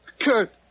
Kurt